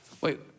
wait